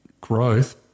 growth